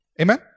Amen